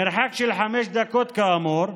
מרחק של חמש דקות, כאמור,